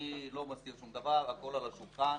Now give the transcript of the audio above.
אני לא מסתיר שום דבר, הכול על השולחן.